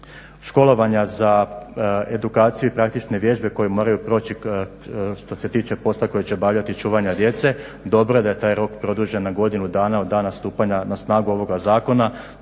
školovanja za edukacije i praktične vježbe koje moraju proći što se tiče posla koji će obavljati čuvanja djece, dobro je da je taj rok produžen na godinu dana od dana stupanja na snagu ovoga zakona.